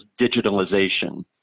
digitalization